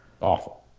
awful